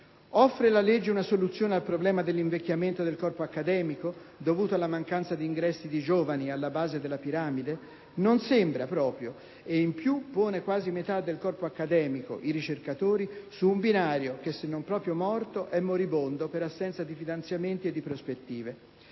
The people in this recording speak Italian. Offre la legge una soluzione al problema dell'invecchiamento del corpo accademico, dovuto alla mancanza di ingressi di giovani alla base della piramide? Non sembra proprio e in più pone quasi metà del corpo accademico - i ricercatori - su un binario che, se non proprio morto, è moribondo, per assenza di finanziamenti e di prospettive.